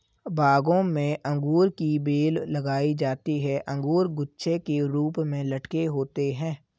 बागों में अंगूर की बेल लगाई जाती है अंगूर गुच्छे के रूप में लटके होते हैं